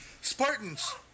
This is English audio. Spartans